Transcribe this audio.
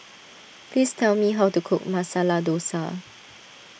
please tell me how to cook Masala Dosa